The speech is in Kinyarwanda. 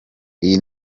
iyi